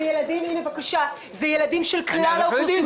אלה ילדים של כלל האוכלוסייה.